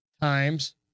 Times